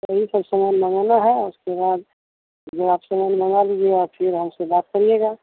यही सब समान मंगाना हे उसके बाद आचमन मंगा लीजिएगा फिर हमसे बात करिएगा